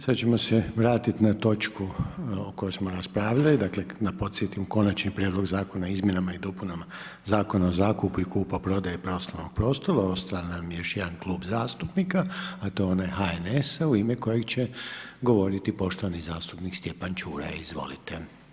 Sad ćemo se vratiti na točku o kojoj smo raspravljali, dakle da podsjetim, Konačni prijedlog zakona o izmjenama i dopunama Zakona o zakupu i kupoprodaji poslovnog prostora, ostao nam je još jedan Klub zastupnika to je onaj HNS-a u ime kojeg će govoriti poštovani zastupnik Stjepan Čuraj, izvolite.